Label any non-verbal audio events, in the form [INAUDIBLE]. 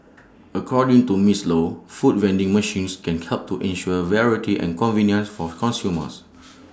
according to miss low food vending machines can help to ensure variety and convenience [NOISE] for consumers